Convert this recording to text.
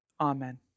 Amen